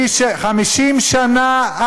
50 שנה,